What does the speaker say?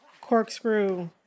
corkscrew